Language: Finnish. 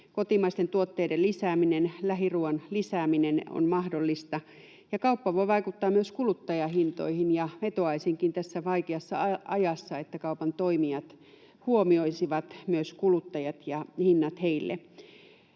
Kotimaisten tuotteiden lisääminen, lähiruoan lisääminen on mahdollista, ja kauppa voi vaikuttaa myös kuluttajahintoihin. Vetoaisinkin tässä vaikeassa ajassa, että kaupan toimijat huomioisivat myös kuluttajat ja hinnat heille.